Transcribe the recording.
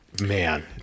man